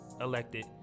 elected